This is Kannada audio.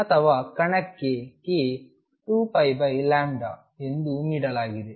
ಅಥವಾ ಕಣಕ್ಕೆ k 2π ಎಂದು ನೀಡಲಾಗಿದೆ